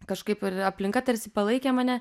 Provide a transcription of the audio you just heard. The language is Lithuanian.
kažkaip aplinka tarsi palaikė mane